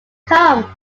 come